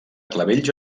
clavells